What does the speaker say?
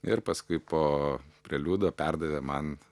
ir paskui po preliudo perdavė man